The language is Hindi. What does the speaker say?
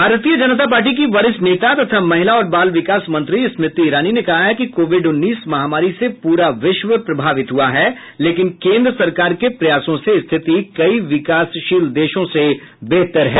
भारतीय जनता पार्टी की वरिष्ठ नेता तथा महिला और बाल विकास मंत्री स्मृति इरानी ने कहा है कि कोविड उन्नीस महामारी से पूरा विश्व प्रभावित हुआ है लेकिन केंद्र सरकार के प्रयासों से स्थिति कई विकासशील देशों से बेहतर है